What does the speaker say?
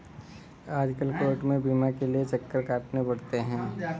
आजकल कोर्ट में बीमा के लिये चक्कर काटने पड़ते हैं